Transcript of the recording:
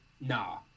nah